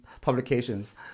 publications